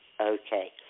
okay